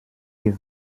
die